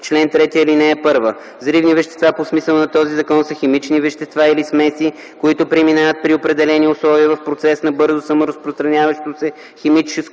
чл. 3: “Чл. 3. (1) Взривни вещества по смисъла на този закон са химични вещества или смеси, които преминават при определени условия в процес на бързо саморазпространяващо се химично